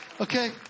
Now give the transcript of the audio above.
Okay